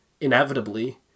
inevitably